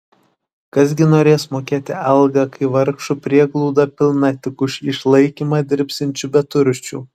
kas gi norės mokėti algą kai vargšų prieglauda pilna tik už išlaikymą dirbsiančių beturčių